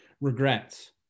regrets